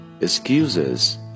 Excuses